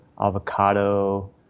avocado